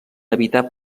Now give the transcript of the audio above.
evitar